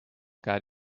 got